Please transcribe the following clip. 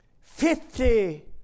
fifty